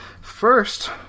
first